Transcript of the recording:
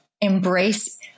embrace